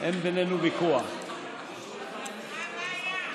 אני בטוח שאתה מסכים.